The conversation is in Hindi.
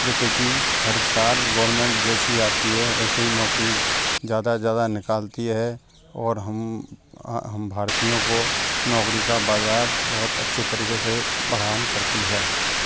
जैसे कि हर साल गोर्नमेंट जैसे ही आती है ऐसे ही नौकरी ज़्यादा ज़्यादा निकलती है और हम हम भारतीयों को नौकरी का बाज़ार बहुत अच्छे तरीक़े से बढ़ान करती है